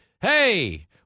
Hey